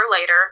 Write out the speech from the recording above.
later